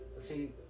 See